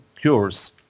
cures